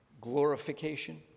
glorification